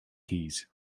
keys